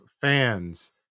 fans